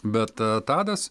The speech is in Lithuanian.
bet tadas